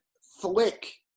flick